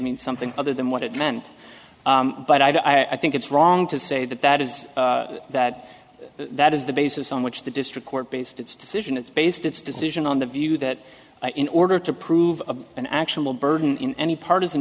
mean something other than what it meant but i think it's wrong to say that that is that that is the basis on which the district court based its decision it's based its decision on the view that in order to prove an actual burden in any partis